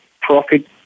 profit